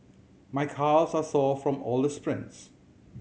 my calves are sore from all the sprints